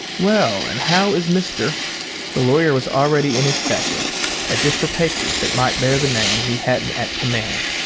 well, and how is mister the lawyer was already in his satchel as if for papers that might bear the name he hadn't at command.